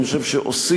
אני חושב שעושים,